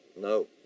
No